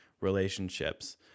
relationships